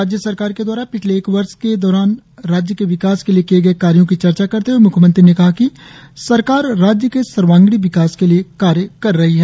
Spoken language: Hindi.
राज्य सरकार के द्वारा पिछले एक वर्ष के दौरान राज्य के विकास के लिए किए गए कार्यों की चर्चा करते हए म्ख्यमंत्री ने कहा कि सरकार राज्य के सर्वागीण विकास के लिए कार्य कर रही है